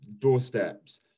doorsteps